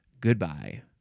Goodbye